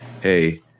hey